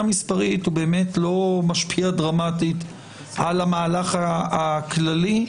מספרית שהוא באמת לא משפיע דרמטית על המהלך הכללי,